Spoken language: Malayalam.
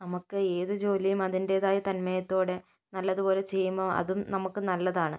നമുക്ക് ഏത് ജോലിയും അതിൻ്റെതായ തന്മയത്തത്തോടെ നല്ലതുപോലെ ചെയ്യുമ്പോൾ അതും നമുക്ക് നല്ലതാണ്